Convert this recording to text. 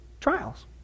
trials